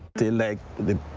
the leg the. the